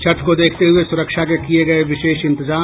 छठ को देखते हुये सुरक्षा के किये गये विशेष इंतजाम